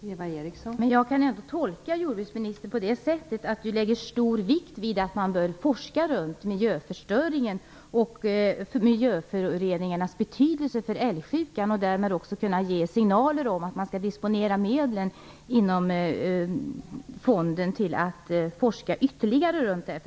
Fru talman! Jag kan ändå tolka jordbruksministern på det sättet, att det läggs stor vikt vid att man bör forska om miljöförstöringen och miljöföroreningarnas betydelse för älgsjukan. Man borde därmed också kunna ge signaler om hur medlen inom fonden skall disponeras för att forska ytterligare om detta.